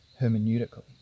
hermeneutically